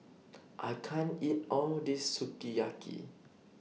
I can't eat All This Sukiyaki